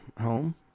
home